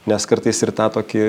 nes kartais ir tą tokį